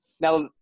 Now